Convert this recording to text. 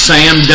Sam